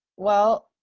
well,